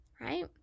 right